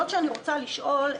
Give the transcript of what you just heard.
אני רוצה לשאול,